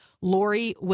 Lori